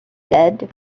said